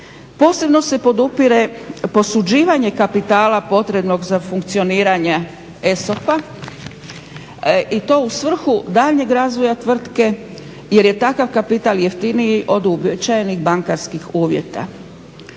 Posebno se podupire posuđivanje kapitala potrebnog za funkcioniranje ESOP-a i u to svrhu daljnjeg razvoja tvrtke jer je takav kapital jeftiniji od uobičajenih bankarskih uvjeta.